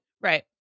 Right